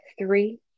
three